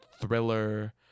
thriller